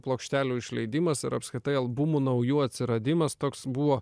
plokštelių išleidimas ir apskritai albumų naujų atsiradimas toks buvo